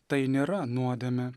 tai nėra nuodemė